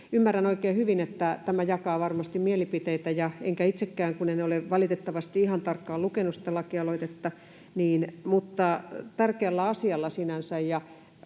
Ymmärrän oikein hyvin, että tämä jakaa varmasti mielipiteitä, enkä itsekään, kun en ole valitettavasti ihan tarkkaan lukenut sitä lakialoitetta, niin... Mutta tämä on tärkeällä asialla sinänsä,